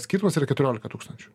skirtumas yra keturiolika tūkstančių